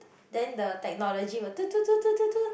then the technology will